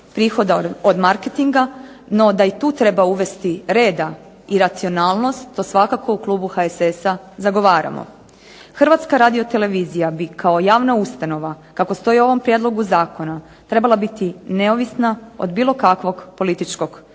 prihoda od marketinga no da i tu treba uvesti reda i racionalnost to svakako u klubu HSS-a zagovaramo. HRT-a bi kao javna ustanova kako stoji u ovom prijedlogu zakona trebala biti neovisna od bilo kakvog političkog utjecaja